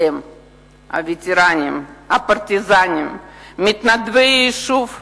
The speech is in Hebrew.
אתם הווטרנים, הפרטיזנים, מתנדבי היישוב בארץ,